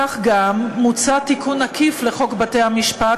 כך גם מוצע תיקון עקיף לחוק בתי-המשפט,